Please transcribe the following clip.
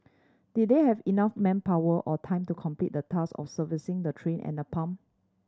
did they have enough manpower or time to complete the task of servicing the train and the pump